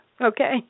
okay